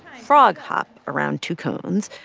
frog-hop around two cones.